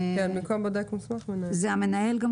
ב-113.